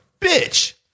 bitch